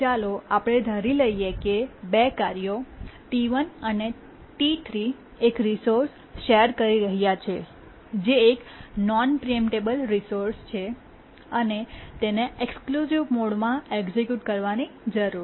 ચાલો આપણે ધારીએ કે બે કાર્યો T1 અને T3 એ એક રિસોર્સ શેર કરી રહ્યાં છે જે એક નોન પ્રીએમ્પટેબલ રિસોર્સ છે અને તેને ઇક્સ્ક્લૂસિવ મોડમાં એક્સિક્યૂટ કરવાની જરૂર છે